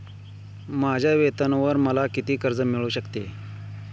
माझ्या वेतनावर मला किती कर्ज मिळू शकते?